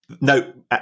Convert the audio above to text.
No